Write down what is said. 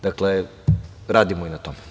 Dakle, radimo i na tome.